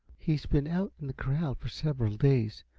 he's been out in the corral for several days,